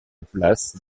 place